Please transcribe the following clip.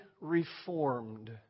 reformed